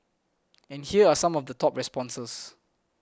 and here are some of the top responses